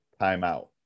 timeout